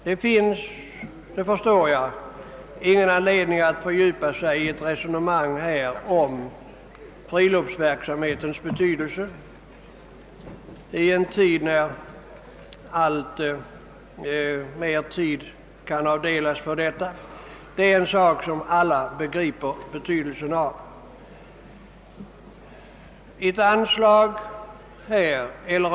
Det finns — det förstår jag — ingen anledning att fördjupa sig i ett resonemang om friluftsverksamhetens betydelse i våra dagar, när alltmer tid kan avdelas för sådan verksamhet. Alla inser betydelsen av denna verksamhet.